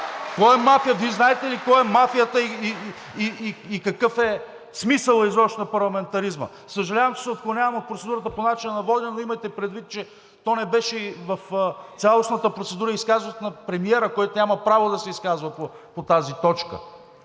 Кой е мафия? Вие знаете ли кой е мафията и какъв е смисълът изобщо на парламентаризма? Съжалявам, че се отклонявам от процедурата по начина на водене, но имайте предвид, че то не беше и в цялостната процедура изказването на премиера, който няма право да се изказва по тази точка.